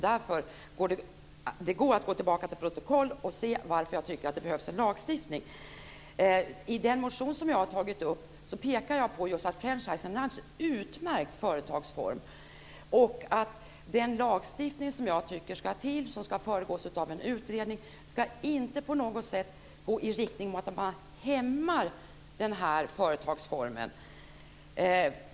Det går att gå tillbaka till protokollet och se varför jag tycker att det behövs en lagstiftning. I den motion som jag har väckt pekar jag just på att franchising är en utmärkt företagsform och att den lagstiftning som jag tycker ska till, som ska föregås av en utredning, inte på något sätt ska gå i riktning mot att man hämmar denna företagsform.